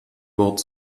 wort